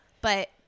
But-